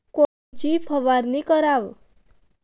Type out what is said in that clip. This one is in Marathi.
कोनची फवारणी कराव?